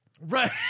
right